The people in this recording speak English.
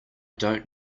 don’t